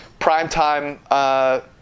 primetime